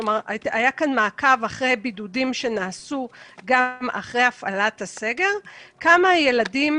כלומר היה כאן מעקב אחרי בידודים שנעשו גם אחרי הפעלת הסגר: כמה ילדים